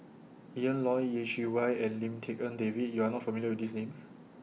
Ian Loy Yeh Chi Wei and Lim Tik En David YOU Are not familiar with These Names